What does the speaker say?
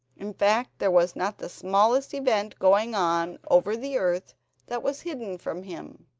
in fact there was not the smallest event going on over the earth that was hidden from him.